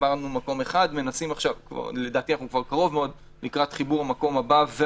חיברנו מקום אחד ולדעתי אנחנו כבר קרוב מאוד לקראת חיבור שני